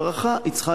הערכה צריכה